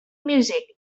music